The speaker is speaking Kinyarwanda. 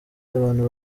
abantu